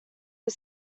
are